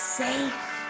safe